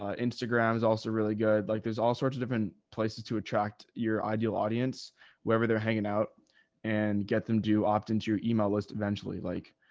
ah instagram is also really good. like there's all sorts of different and places to attract your ideal audience wherever they're hanging out and get them do opt into your email list. eventually, like,